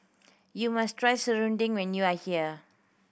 you must try serunding when you are here